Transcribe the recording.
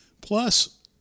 plus